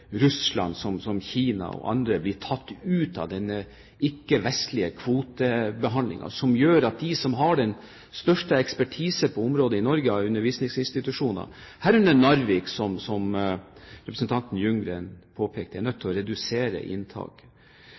Russland, som Kina og andre, blir tatt ut av denne ikke-vestlige kvotebehandlingen, som gjør at de undervisningsinstitusjonene som har den største ekspertisen på området i Norge, herunder Narvik, som representanten Ljunggren påpekte, er nødt til å redusere